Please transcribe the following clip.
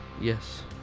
Yes